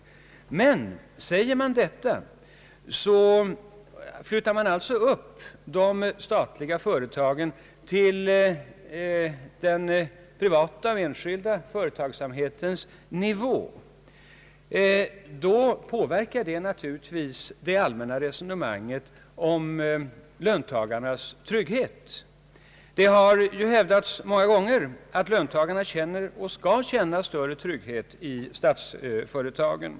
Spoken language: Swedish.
Om man hävdar detta placerar man de statliga företagen på den privata företagsamhetens nivå. Detta påverkar naturligtvis det allmänna resonemanget om löntagarnas trygghet. Det har hävdats många gånger att löntagarna känner och bör känna större trygghet i statsföretagen.